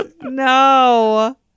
No